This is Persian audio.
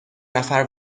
نفر